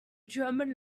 german